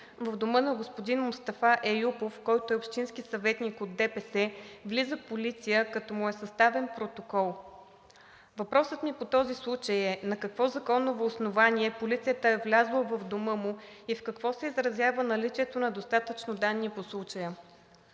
в дома на господин Мустафа Еюпов, който е общински съветник от ДПС, влиза полиция, като му е съставен протокол. Въпросът ми по този случай е: на какво законово основание полицията е влязла в дома му и в какво се изразява наличието на достатъчно данни по случая?